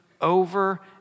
over